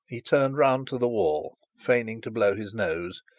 he turned round to the wall, feigning to blow his nose,